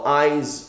eyes